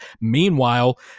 Meanwhile